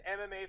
MMA